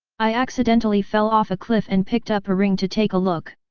i accidentally fell off a cliff and picked up a ring to take a look.